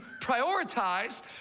prioritize